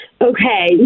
Okay